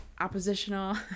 oppositional